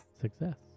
Success